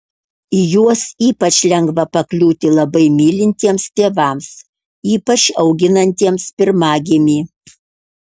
į juos ypač lengva pakliūti labai mylintiems tėvams ypač auginantiems pirmagimį